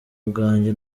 bwanjye